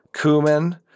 cumin